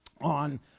on